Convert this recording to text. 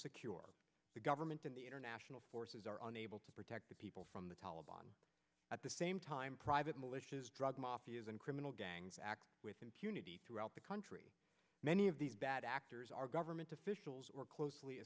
secure the government and the international forces are unable to protect the people from the taleban at the same time private militias drug mafias and criminal gangs act with impunity throughout the country many of these bad actors are government officials or closely